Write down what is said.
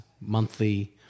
monthly